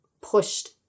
pushed